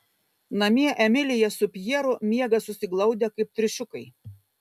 namie emilija su pjeru miega susiglaudę kaip triušiukai